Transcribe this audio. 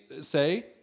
say